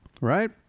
Right